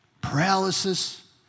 Paralysis